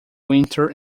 winter